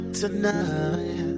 tonight